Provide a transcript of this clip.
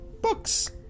books